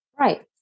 Right